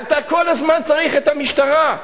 אתה כל הזמן צריך את המשטרה.